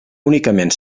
únicament